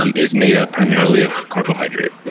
um is made up primarily of carbohydrate.